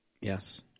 Yes